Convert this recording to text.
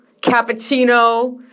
Cappuccino